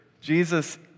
Jesus